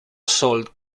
sold